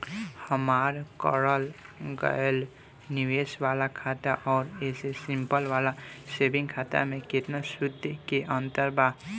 हमार करल गएल निवेश वाला खाता मे आउर ऐसे सिंपल वाला सेविंग खाता मे केतना सूद के अंतर बा?